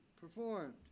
performed